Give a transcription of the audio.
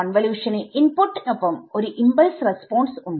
കോൺവല്യൂഷന് input നൊപ്പം ഒരു impulse റെസ്പോൺസ്ഉണ്ട്